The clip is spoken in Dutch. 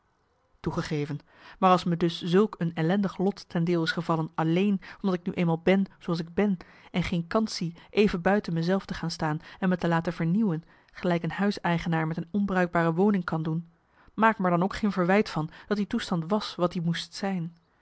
toegegeven maar als me dus zulk een ellendig lot ten deel is gevallen alleen omdat ik nu eenmaal ben zooals ik ben en geen kans zie even buiten me zelf te gaan staan en me te laten vernieuwen gelijk een huiseigenaar met een onbruikbare woning kan doen maak er me dan ook geen verwijt van dat die toestand was wat i moest zijn